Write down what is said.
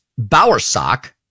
Bowersock